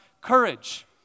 courage